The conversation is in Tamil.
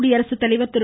குடியரசுத்தலைவா் திரு